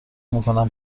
میکنم